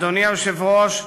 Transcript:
אדוני היושב-ראש,